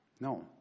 No